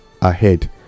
ahead